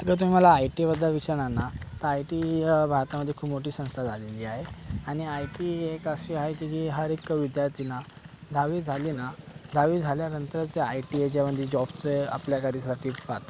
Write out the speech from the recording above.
आता तुम्ही मला आयटीबद्दल विचारणार ना तर आयटी भारतामधे खूप मोठी संस्था झालेली आहे आणि आयटी एक अशी आहे की जी हर एक विद्यार्थ्यांना दहावी झाली ना दहावी झाल्यानंतर ते आयटी याच्यामधे जॉबचे आपल्या गरजेसाठी पाहतो